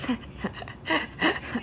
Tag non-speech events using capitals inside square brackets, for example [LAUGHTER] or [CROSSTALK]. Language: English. [LAUGHS]